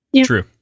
True